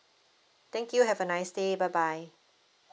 thank you have a nice day bye bye